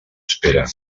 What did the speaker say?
espera